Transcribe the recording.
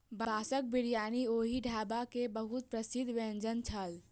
बांसक बिरयानी ओहि ढाबा के बहुत प्रसिद्ध व्यंजन छल